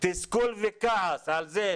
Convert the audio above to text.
על זה.